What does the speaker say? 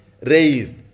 raised